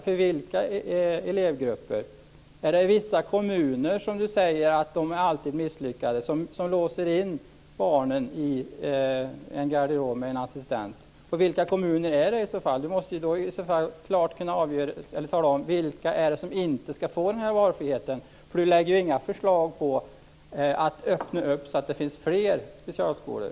För vilka elevgrupper? Är det vissa kommuner - Sten Tolgfors säger att de alltid är misslyckade - som låser in barnen i en garderob med en assistent, och vilka kommuner är det i så fall? Sten Tolgfors måste klart tala om vilka som inte ska få den här valmöjligheten, för han lägger inte fram några förslag på att öppna för att det ska finnas fler specialskolor.